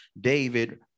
David